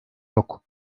yok